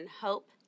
Hope